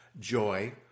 joy